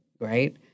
Right